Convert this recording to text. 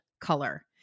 color